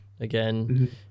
Again